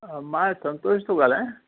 मां संतोष थो ॻाल्हायां